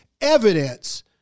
evidence